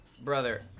Brother